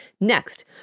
Next